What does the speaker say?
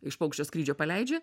iš paukščio skrydžio paleidžia